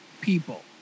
people